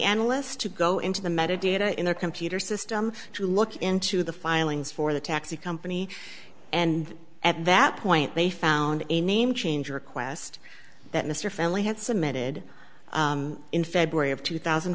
analysts to go into the metadata in their computer system to look into the filings for the taxi company and at that point they found a name change request that mr family had submitted in february of two thousand